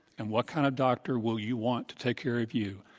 and what kind of doctor will you want to take care of you,